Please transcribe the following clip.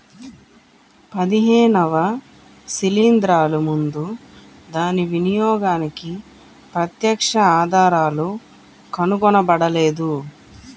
పదిహేనవ శిలీంద్రాలు ముందు దాని వినియోగానికి ప్రత్యక్ష ఆధారాలు కనుగొనబడలేదు